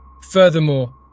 Furthermore